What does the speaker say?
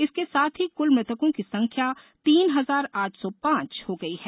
इसके साथ ही कुल मृतकों की संख्या तीन हजार आठ सौ पांच हो गई है